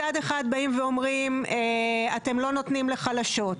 מצד אחד באים ואומרים אתם לא נותנים לחלשות,